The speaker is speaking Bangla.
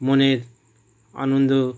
মনের আনন্দ